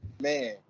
Man